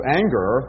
anger